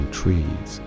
trees